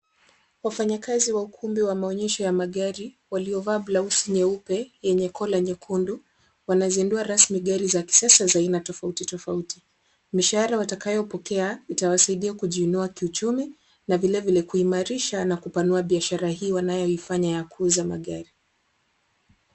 Wafanyakazi wa ukumbi wa maonyesho ya magari, waliovaa blausi nyeupe yenye kola nyekundu, wanazindua rasmi gari za kisasa za aina tofauti tofauti. Mishahara watakayopokea itawasaidia kujiinua kiuchumi na vilevile kuimarisha na kupanua biashara hii wanayoifanya ya kuuza magari.